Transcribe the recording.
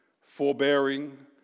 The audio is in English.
forbearing